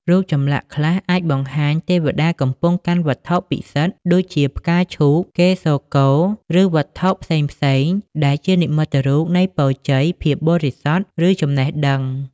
រូបចម្លាក់ខ្លះអាចបង្ហាញទេវតាកំពុងកាន់វត្ថុពិសិដ្ឋ ដូចជាផ្កាឈូក កេសរកូល ឬវត្ថុផ្សេងៗដែលជានិមិត្តរូបនៃពរជ័យ ភាពបរិសុទ្ធ ឬចំណេះដឹង។